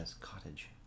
Cottage